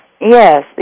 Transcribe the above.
Yes